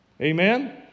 Amen